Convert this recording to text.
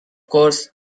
course